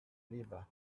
river